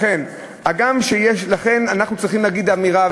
לכן אנחנו צריכים לומר אמירה,